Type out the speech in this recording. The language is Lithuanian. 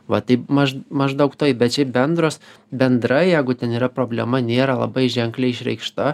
va taip maž maždaug taip bet šiaip bendras bendra jeigu ten yra problema nėra labai ženkliai išreikšta